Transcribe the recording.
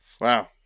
Wow